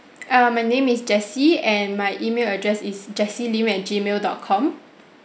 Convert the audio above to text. um my name is jessie and my email address is jessie lim at G mail dot com